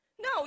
No